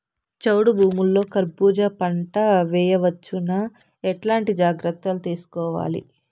చౌడు భూముల్లో కర్బూజ పంట వేయవచ్చు నా? ఎట్లాంటి జాగ్రత్తలు తీసుకోవాలి?